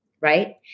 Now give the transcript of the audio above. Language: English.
right